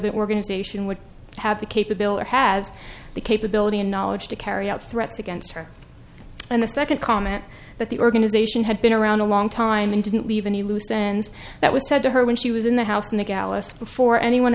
that organization would have the capability has the capability and knowledge to carry out threats against her and the second comment that the organization had been around a long time and didn't leave any loose ends that was said to her when she was in the house in the gallus before anyone